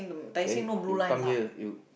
then you come here you